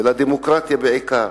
ובעיקר לדמוקרטיה.